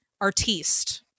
artiste